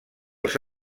els